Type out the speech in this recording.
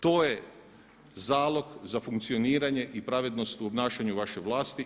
To je zalog za funkcioniranje i pravednost u obnašanju vaše vlasti.